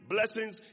blessings